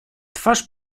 twarz